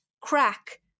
crack